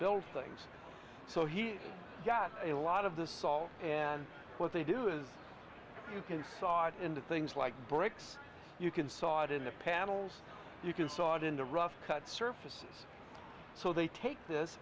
build things so he got a lot of the salt and what they do is you can sot into things like bricks you can sawed in the panels you can sawed in the rough cut surfaces so they take this